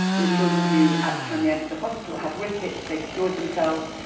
there were children who, at the time they entered the hospital, had rickets. they cured themselves.